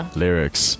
，lyrics，